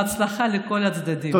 בהצלחה לכל הצדדים.